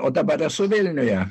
o dabar esu vilniuje